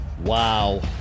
Wow